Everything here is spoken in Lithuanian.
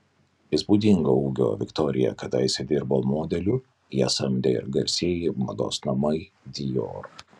įspūdingo ūgio victoria kadaise dirbo modeliu ją samdė ir garsieji mados namai dior